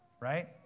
Right